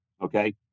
okay